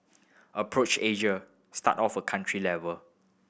approach Asia start off at country level